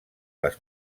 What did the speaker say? les